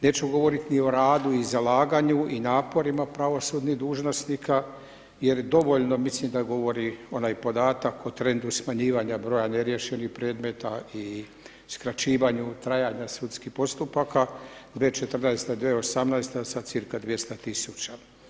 Neću govorit ni o radu i zalaganju i naporima pravosudnih dužnosnika jer dovoljno milim da govori onaj podatak o trendu smanjivanja broja neriješenih predmeta i skraćivanju trajanja sudskih postupaka, 2014. – 2018. sa cca 200.000.